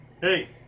Hey